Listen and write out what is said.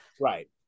Right